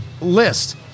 list